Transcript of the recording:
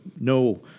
no